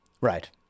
Right